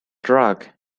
drug